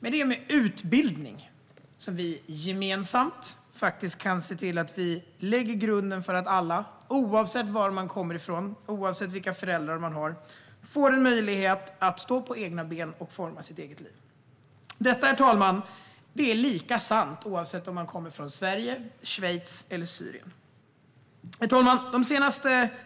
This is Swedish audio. Det är med utbildning som vi gemensamt faktiskt kan se till att vi lägger grunden för att alla, oavsett var man kommer från och oavsett vilka föräldrar man har, får en möjlighet att stå på egna ben och forma sitt eget liv. Detta, herr talman, är lika sant oavsett om man kommer från Sverige, Schweiz eller Syrien. Herr talman!